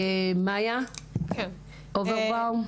מיה אוברבאום.